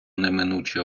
неминучі